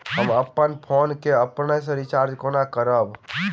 हम अप्पन फोन केँ अपने सँ रिचार्ज कोना करबै?